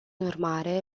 urmare